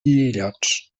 illots